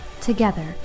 Together